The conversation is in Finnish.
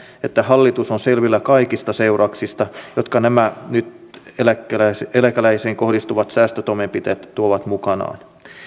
että hallitus on selvillä kaikista seurauksista jotka nämä nyt eläkeläisiin kohdistuvat säästötoimenpiteet tuovat mukanaan